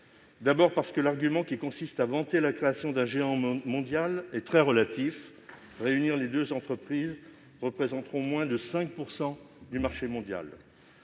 d'abord parce que l'argument qui consiste à vanter la création d'un géant mondial est très relatif : réunies, les deux entreprises représenteront moins de 5 % du marché mondial.